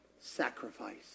sacrifice